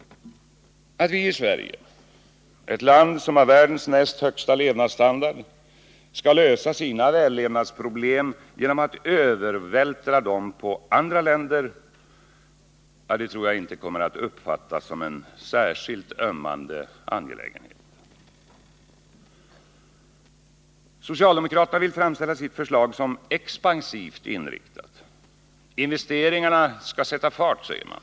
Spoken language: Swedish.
Att Sverige, ett land som har världens näst högsta levnadsstandard, skall lösa sina vällevnadsproblem genom att övervältra dem på andra länder kan knappast uppfattas som en särskilt ömmande angelägenhet. Socialdemokraterna vill framställa sitt förslag som expansivt inriktat. Investeringarna skall sätta fart, säger man.